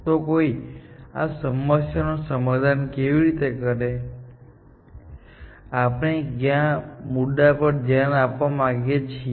તો કોઈ આ સમસ્યાનું સમાધાન કેવી રીતે કરે છે આપણે કયા મુદ્દા પર ધ્યાન આપવા માંગીએ છીએ